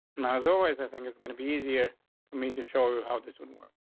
and i was always i think it's gonna be easier for me to show you how this would work.